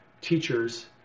teachers